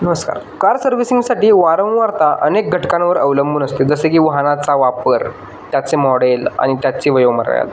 नमस्कार कार सर्विसिंगसाठी वारंवारता अनेक घटकांवर अवलंबून असते जसे की वाहनाचा वापर त्याचे मॉडेल आणि त्याचे वयोमर्यादा